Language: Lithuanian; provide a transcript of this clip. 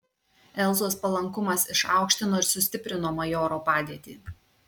elzos palankumas išaukštino ir sustiprino majoro padėtį